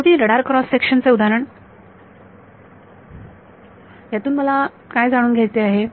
शेवटी radar cross section चे उदाहरण मला यातून काय जाणून घ्यायचे आहे